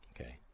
Okay